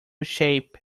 shape